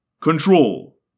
Control